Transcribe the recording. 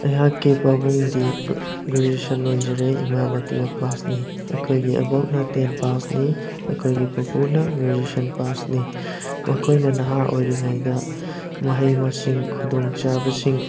ꯑꯩꯍꯥꯛꯀꯤ ꯄꯥꯕꯨꯡꯗꯤ ꯒ꯭ꯔꯦꯖꯨꯋꯦꯁꯟ ꯂꯣꯏꯖꯔꯦ ꯏꯃꯥꯅ ꯇꯨꯌꯦꯜꯞ ꯄꯥꯁꯅꯤ ꯑꯩꯈꯣꯏꯒꯤ ꯑꯕꯣꯛꯅ ꯇꯦꯟ ꯄꯥꯁꯅꯤ ꯑꯩꯈꯣꯏꯒꯤ ꯄꯨꯄꯨꯅ ꯒ꯭ꯔꯦꯖꯨꯋꯦꯁꯟ ꯄꯥꯁꯅꯤ ꯃꯈꯣꯏꯅ ꯅꯍꯥ ꯑꯣꯏꯔꯤꯉꯩꯗ ꯃꯍꯩ ꯃꯁꯤꯡ ꯈꯨꯗꯣꯡꯆꯥꯕꯁꯤꯡ